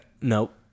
Nope